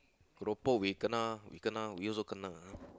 keropok we kena we kena we also kena ah